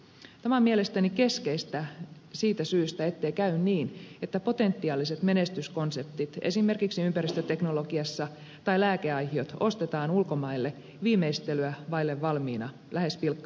tämä on mielestäni keskeistä siitä syystä ettei käy niin että potentiaaliset menestyskonseptit esimerkiksi ympäristöteknologiassa tai lääkeaihiot ostetaan ulkomaille viimeistelyä vaille valmiina lähes pilkkahintaan